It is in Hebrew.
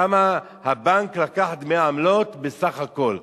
כמה הבנק לקח דמי עמלות בסך הכול.